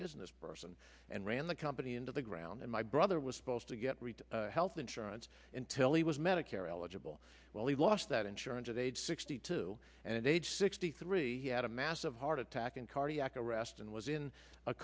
business person and ran the company into the ground and my brother was supposed to get rid of health insurance until he was medicare eligible well he lost that insurance at age sixty two and age sixty three he had a massive heart attack in cardiac arrest and was in a